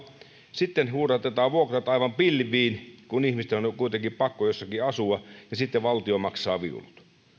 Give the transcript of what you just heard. sitten huudatetaan vuokrat aivan pilviin kun ihmisten on kuitenkin pakko jossakin asua ja sitten valtio maksaa viulut